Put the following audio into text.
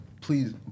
Please